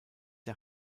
der